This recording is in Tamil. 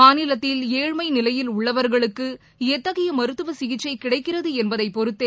மாநிலத்தில் ஏழ்மைநிவையில் உள்ளவர்களுக்குஎத்தகையமருத்துவசிகிச்சைகிடைக்கிறதுஎன்பதைபொருத்தே